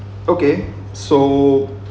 okay so